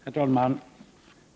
Herr talman!